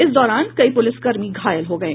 इस दौरान कई पुलिसकर्मी घायल हो गये